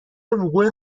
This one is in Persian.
وقوع